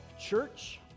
church